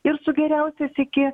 ir su geriausias iki